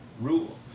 rule